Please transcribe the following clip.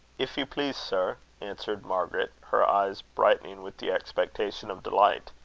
if you please, sir, answered margaret, her eyes brightening with the expectation of deliglit.